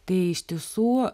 tai iš tiesų